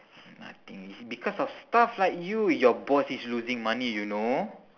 nothing it's because of staff like you your boss is losing money you know